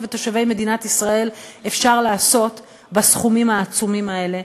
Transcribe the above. ותושבי מדינת ישראל אפשר לעשות בסכומים העצומים האלה,